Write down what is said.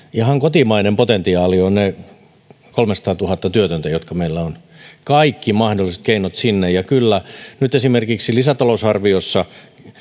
ihan kotimainen potentiaali on ne kolmesataatuhatta työtöntä jotka meillä on kaikki mahdolliset keinot sinne ja nyt esimerkiksi lisätalousarviossa